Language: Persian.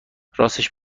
راستش